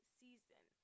season